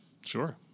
Sure